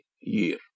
year